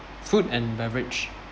food and beverage